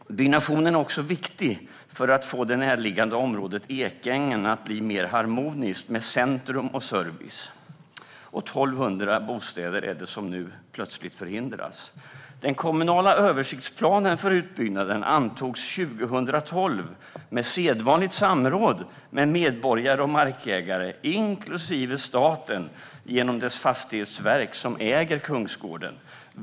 Byggnationen är viktig för att få det närliggande området Ekängen att bli mer harmoniskt, med centrum och service. Nu förhindras 1 200 bostäder. Den kommunala översiktsplanen för utbyggnaden antogs 2012 efter sedvanligt samråd med medborgare och markägare, inklusive Statens fastighetsverk, som äger kungsgården.